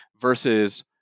versus